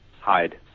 Hide